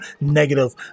negative